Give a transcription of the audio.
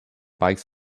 bikes